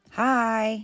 hi